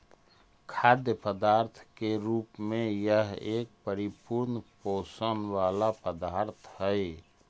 खाद्य पदार्थ के रूप में यह एक परिपूर्ण पोषण वाला पदार्थ हई